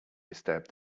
disturbed